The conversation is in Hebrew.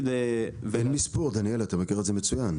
אין מספור דניאל, אתה מכיר את זה מצוין.